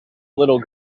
little